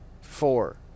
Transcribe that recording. four